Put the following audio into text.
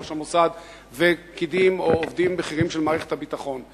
ראש המוסד ופקידים או עובדים בכירים של מערכת הביטחון,